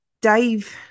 Dave